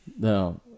no